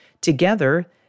together